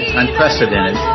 unprecedented